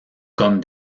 comme